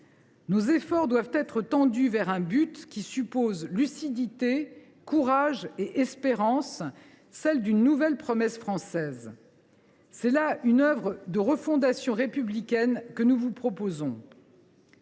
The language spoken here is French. Nos efforts doivent être tendus vers un but qui suppose lucidité, courage et espérance, celui d’une nouvelle promesse française. C’est une œuvre de refondation républicaine que nous vous proposons.